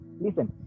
listen